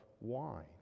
wine